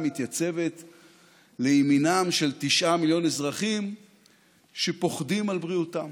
מתייצבת לימינם של תשעה מיליון אזרחים שפוחדים על בריאותם,